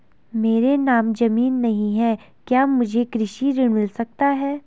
मेरे नाम ज़मीन नहीं है क्या मुझे कृषि ऋण मिल सकता है?